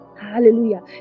hallelujah